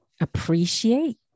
appreciate